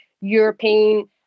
European